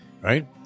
Right